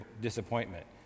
disappointment